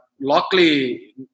luckily